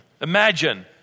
Imagine